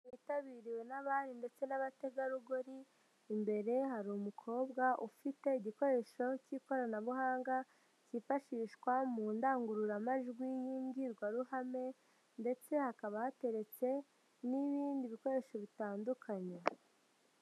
Yitabiriwe n'abari ndetse n'abategarugori, imbere hari umukobwa ufite igikoresho cy'ikoranabuhanga, cyifashishwa mu ndangururamajwi y'imbwirwaruhame, ndetse hakaba hateretse n'ibindi bikoresho bitandukanye.